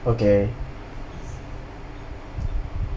okay